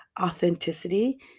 authenticity